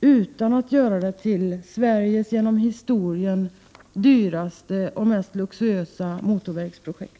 utan att göra den till Sveriges genom historien dyraste och mest luxuösa motorvägsprojekt.